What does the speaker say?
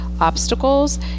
obstacles